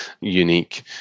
unique